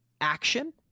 action